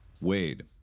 Wade